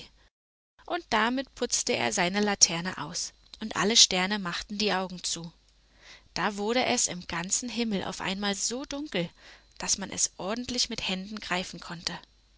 und damit putzte er seine laterne aus und alle steme machten die augen zu da wurde es im ganzen himmel auf einmal so dunkel daß man es ordentlich mit händen greifen konnte